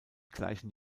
gleichen